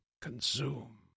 consume